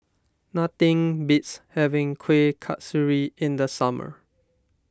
nothing beats having Kueh Kasturi in the summer